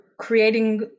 creating